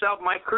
Mike